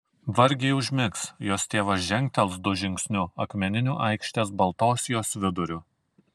vargiai užmigs jos tėvas žengtels du žingsniu akmeniniu aikštės baltos jos viduriu